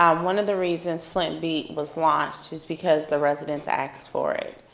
um one of the reasons flint beat was launched is because the residents asked for it.